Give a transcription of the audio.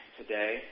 today